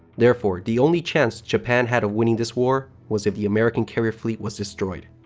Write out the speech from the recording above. therefore, the only chance japan had a winning this war was if the american carrier fleet was destroyed.